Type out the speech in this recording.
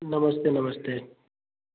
नमस्ते नमस्ते